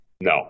No